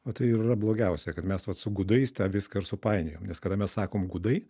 o tai ir yra blogiausia kad mes vat su gudais tą viską ir supainiojom nes kada mes sakom gudai